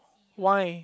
why